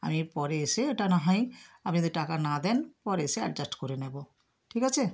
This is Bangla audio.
আমি পরে এসে ওটা না হয় আপনি যদি টাকা না দেন পরে এসে অ্যাডজাস্ট করে নেব ঠিক আছে